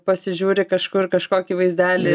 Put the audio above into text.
pasižiūri kažkur kažkokį vaizdelį